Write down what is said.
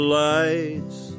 lights